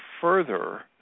further